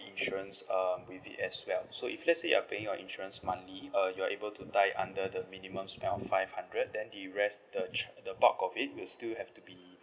insurance um with it as well so if let's say you are paying your insurance monthly uh you are able to tie under the minimum spend of five hundred then the rest the tr~ the bulk of it will still have to be